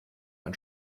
ein